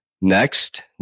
Next